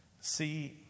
See